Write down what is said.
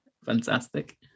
fantastic